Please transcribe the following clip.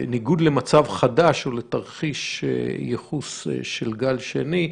בניגוד למצב חדש או לתרחיש ייחוס של גל שני,